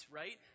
right